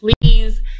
please